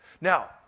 Now